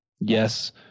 Yes